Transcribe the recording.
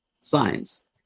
science